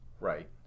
Right